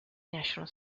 national